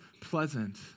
pleasant